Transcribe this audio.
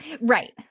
Right